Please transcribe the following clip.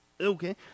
Okay